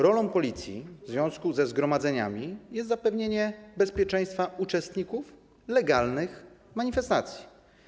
Rolą policji w związku ze zgromadzeniami jest zapewnienie bezpieczeństwa uczestników legalnych manifestacji.